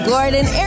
Gordon